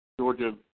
Georgia